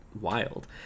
wild